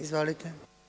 Izvolite.